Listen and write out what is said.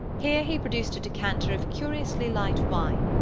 here he produced a decanter of curiously light wine,